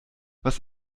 was